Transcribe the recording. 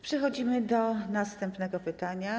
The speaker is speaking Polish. Przechodzimy do następnego pytania.